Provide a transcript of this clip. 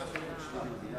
קריאה שנייה ושלישית.